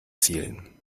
zielen